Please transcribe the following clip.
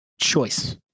choice